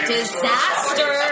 Disaster